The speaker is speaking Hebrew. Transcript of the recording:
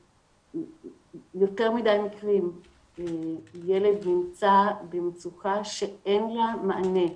ביותר מדי מקרים ילד נמצא במצוקה שאין לה מענה.